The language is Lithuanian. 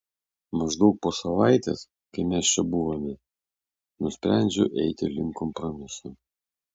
maždaug po savaitės kai mes čia buvome nusprendžiau eiti link kompromiso